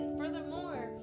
furthermore